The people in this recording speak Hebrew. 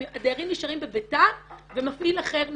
הדיירים נשארים בביתם ומפעיל אחר נכנס.